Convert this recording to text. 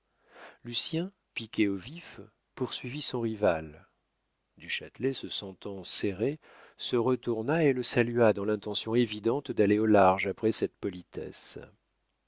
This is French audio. l'évita lucien piqué au vif poursuivit son rival du châtelet se sentant serré se retourna et le salua dans l'intention évidente d'aller au large après cette politesse